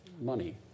money